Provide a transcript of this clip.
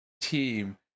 team